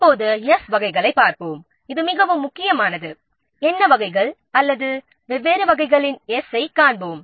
இப்போது s இன் மிகவும் முக்கியமான வகைகளைப் பார்ப்போம்